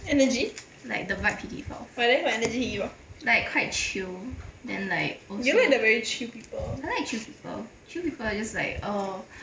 energy why leh what energy he give off you like the very chill people